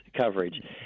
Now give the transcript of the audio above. coverage